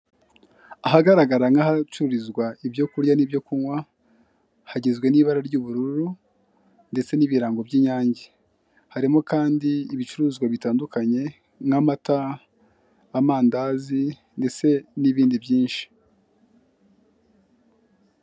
Ahagaragara nk'ahacururizwa ibyokurya n'ibyokunywa hagizwe n'ibara ry'ubururu ndetse n'ibirango by'inyange harimo kandi ibicuruzwa bitandukanye nk'amata amandazi ndetse n'ibindi byinshi.